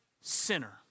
sinner